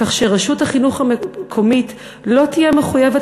כך שרשות החינוך המקומית לא תהיה מחויבת